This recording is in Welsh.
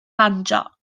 banjo